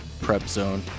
prepzone